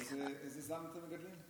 איזה זן אתם מגדלים?